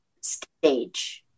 stage